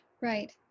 Right